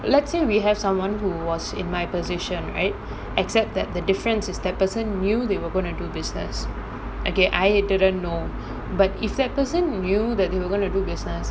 let's say we have someone who was in my position right except that the difference is that person knew they were going to do business okay I didn't know but if that person knew that they were going to do business